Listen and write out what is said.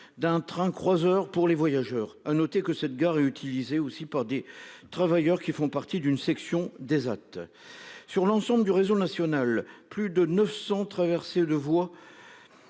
D'un train croiseur pour les voyageurs. À noter que cette gare est utilisé aussi par des travailleurs qui font partie d'une section des autres. Sur l'ensemble du réseau national plus de 900 traversée de voix.